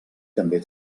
també